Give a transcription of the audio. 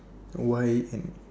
why and